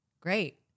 great